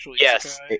Yes